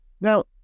Now